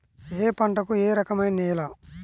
ఏ పంటకు ఏ రకమైన నేల?